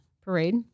parade